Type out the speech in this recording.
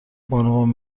بانوان